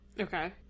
Okay